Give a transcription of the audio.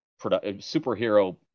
superhero